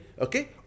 okay